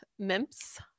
Mimps